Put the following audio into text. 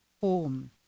home